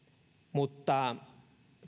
mutta